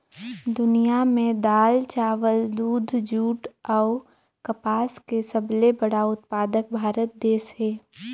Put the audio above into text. दुनिया में दाल, चावल, दूध, जूट अऊ कपास के सबले बड़ा उत्पादक भारत देश हे